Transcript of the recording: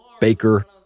Baker